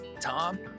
Tom